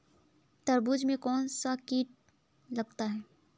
तरबूज में कौनसा कीट लगता है?